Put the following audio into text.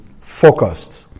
Focused